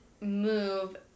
move